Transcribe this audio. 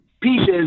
pieces